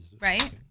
Right